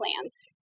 plans